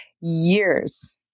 years